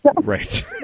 Right